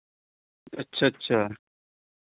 अच्छ अच्छा